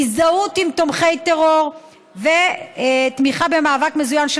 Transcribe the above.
הזדהות עם תומכי טרור ותמיכה במאבק מזוין של